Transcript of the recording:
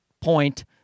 point